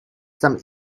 some